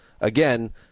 again